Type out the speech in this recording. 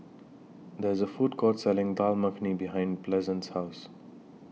There IS A Food Court Selling Dal Makhani behind Pleasant's House